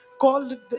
called